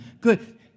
good